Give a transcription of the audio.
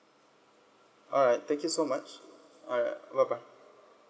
alright thank you so much alright bye bye